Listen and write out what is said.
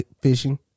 fishing